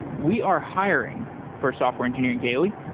we are hiring for software engineering daily.